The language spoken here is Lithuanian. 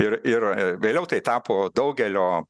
ir ir vėliau tai tapo daugelio